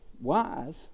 wise